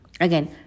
Again